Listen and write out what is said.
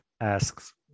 asks